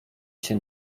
się